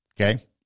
okay